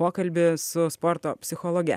pokalbį su sporto psichologe